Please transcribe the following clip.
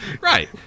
Right